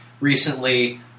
recently